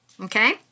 okay